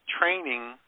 training